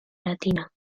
latina